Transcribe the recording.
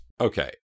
Okay